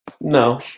No